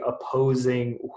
opposing